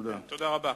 תודה רבה.